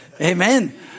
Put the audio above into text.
Amen